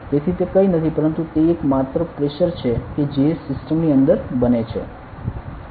તેથી તે કંઈ નથી પરંતુ તે એક માત્ર પ્રેશર છે કે જે સિસ્ટમ ની અંદર બને છે